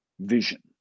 vision